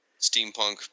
steampunk